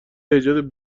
ایجاد